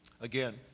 Again